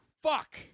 Fuck